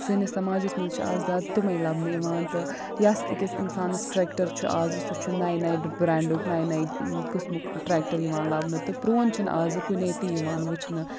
سٲنِس سماجَس منٛز چھِ اَز زیادٕ تِمَے لَبنہٕ یِوان تہٕ یَس أکِس اِنسانَس ٹرِٛیٚکٹَر چھُ اَز سُہ چھُ نَیہِ نَیہِ برِٛینٛڈُک نَیہِ نَیہِ قٕسمُک ٹرٛیٚکٹَر یِوان لَبنہٕ تہٕ پرٛوٗن چھُنہٕ اَز کُنے تہِ یِوان وُچھنہٕ